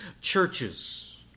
churches